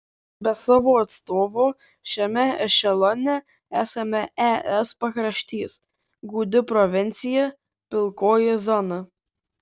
be savo atstovo šiame ešelone esame es pakraštys gūdi provincija pilkoji zona